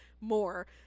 more